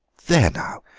there now,